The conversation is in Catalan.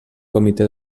comitè